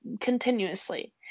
continuously